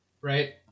Right